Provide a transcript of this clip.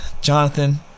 Jonathan